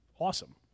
awesome